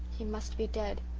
he must be dead.